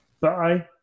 bye